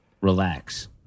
Relax